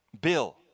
bill